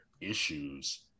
issues